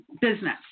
business